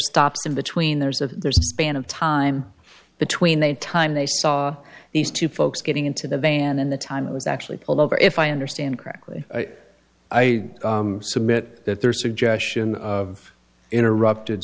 stops in between there's a there's a span of time between the time they saw these two folks getting into the van in the time it was actually pulled over if i understand correctly i submit that their suggestion of interrupted